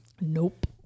Nope